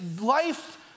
life